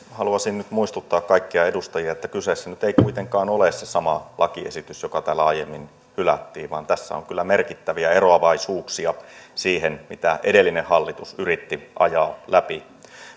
haluaisin muistuttaa kaikkia edustajia että kyseessä nyt ei kuitenkaan ole se sama lakiesitys joka täällä aiemmin hylättiin vaan tässä on kyllä merkittäviä eroavaisuuksia siihen mitä edellinen hallitus yritti ajaa läpi